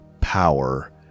power